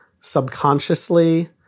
subconsciously